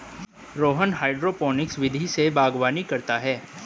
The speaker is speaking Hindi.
रोहन हाइड्रोपोनिक्स विधि से बागवानी करता है